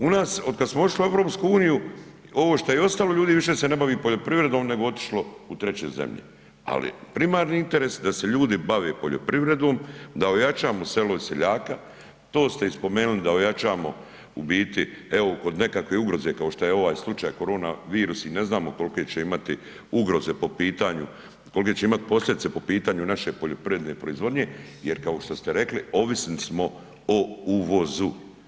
U nas, otkad smo ušli u EU, ovo što je i ostalo ljudi, više se ne bavi poljoprivrednom nego je otišlo u treće zemlje, ali primarni interes, da se ljudi bave poljoprivredom, da ojačamo selo i seljaka, to ste i spomenuli, da ojačamo u biti, evo, kod nekakve ugroze, kao što je ovaj slučaj koronavirus, mi ne znamo kolike će imati ugroze po pitanju, kolike će imati posljedice po pitanju naše poljoprivredne proizvodnje jer kao što ste rekli, ovisni smo o uvozu.